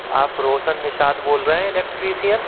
आप रोशन निषाद बोल रहे हैं इलेक्ट्रिसियन